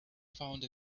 found